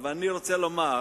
אבל אני רוצה לומר